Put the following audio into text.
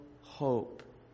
hope